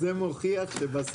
מי נמנע?